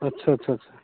अच्छा अच्छा छा